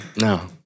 No